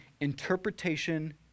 interpretation